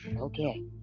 okay